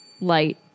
light